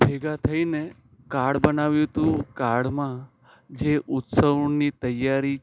ભેગા થઈને કાડ બનાવ્યું હતું કાર્ડમાં જે ઉત્સવની તૈયારી